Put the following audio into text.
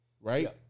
right